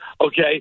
okay